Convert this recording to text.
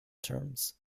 terms